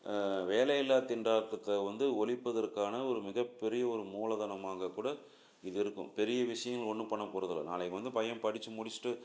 வேலையில்லா திண்டாட்டத்தை வந்து ஒழிப்பதற்கான ஒரு மிகப்பெரிய ஒரு மூலதனமாகக்கூட இது இருக்கும் பெரிய விஷயங்கள் ஒன்றும் பண்ண போகிறதில்ல நாளைக்கு வந்து பையன் படித்து முடிச்சுட்டு